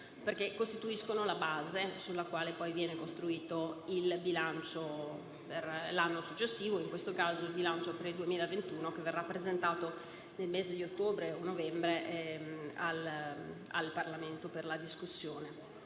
perché costituiscono la base sulla quale poi viene costruito il bilancio per l'anno successivo (in questo caso, per il 2021: verrà presentato nel mese di ottobre o novembre al Parlamento per la discussione).